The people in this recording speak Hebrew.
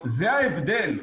זה ההבדל.